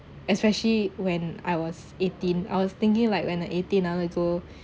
especially when I was eighteen I was thinking like when I eighteen I want to go